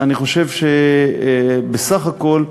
אני חושב שבסך הכול,